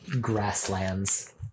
grasslands